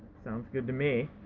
sounds good to me.